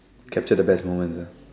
capture the best moments ah